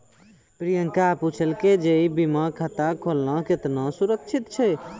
प्रियंका पुछलकै जे ई बीमा खाता खोलना केतना सुरक्षित छै?